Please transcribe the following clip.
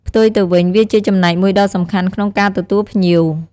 ផ្ទុយទៅវិញ វាជាចំណែកមួយដ៏សំខាន់ក្នុងការទទួលភ្ញៀវ។